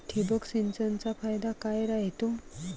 ठिबक सिंचनचा फायदा काय राह्यतो?